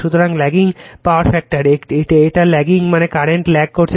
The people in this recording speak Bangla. সুতরাং ল্যাগিং পাওয়ার ফ্যাক্টর এটা ল্যাগিং মানে কারেন্ট ল্যাগ করছে